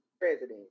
president